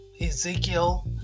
Ezekiel